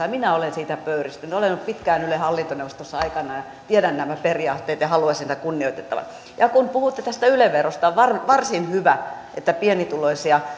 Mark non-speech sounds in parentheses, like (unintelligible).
ja minä olen siitä pöyristynyt olen ollut pitkään ylen hallintoneuvostossa aikoinaan ja tiedän nämä periaatteet ja haluaisin niitä kunnioitettavan ja kun puhutte tästä yle verosta on varsin hyvä että pienituloisia (unintelligible)